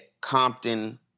Compton